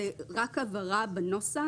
זאת רק הבהרה בנוסח.